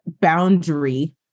boundary